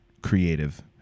creative